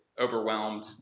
overwhelmed